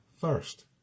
first